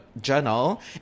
journal